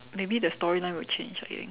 maybe the storyline will change I think